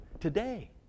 Today